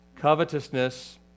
covetousness